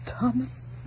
thomas